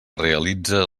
realitza